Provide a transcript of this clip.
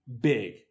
big